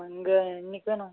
இங்கே இன்னிக்கு வேணும்